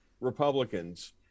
Republicans